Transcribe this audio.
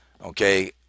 Okay